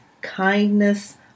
kindness